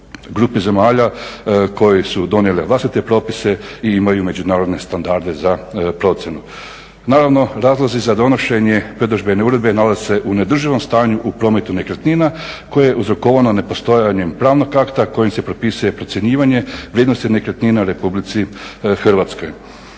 grupi zemalja koje su donijele vlastite propise i imaju međunarodne standarde za procjenu. Naravno razlozi za donošenje predložene uredbe nalaze se u neodrživom stanju u prometu nekretnina koje je uzrokovano nepostojanjem pravnog akta kojim se propisuje procjenjivanje vrijednosti nekretnina u RH.